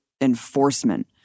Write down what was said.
enforcement